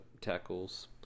tackles